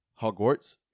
Hogwarts